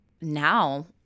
Now